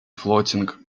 floating